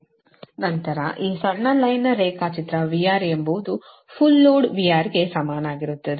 RegulationVS |A||VRFL||A||VRFL|100 ನಂತರ ಈ ಸಣ್ಣ ಲೈನ್ ರೇಖಾಚಿತ್ರ VR ಎಂಬುದು ಫುಲ್ ಲೋಡ್ VR ಗೆ ಸಮಾನವಾಗಿರುತ್ತದೆ